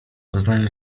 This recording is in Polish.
poznają